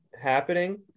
happening